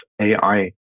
AI